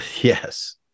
Yes